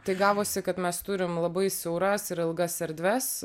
tai gavosi kad mes turim labai siauras ir ilgas erdves